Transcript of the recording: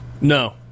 No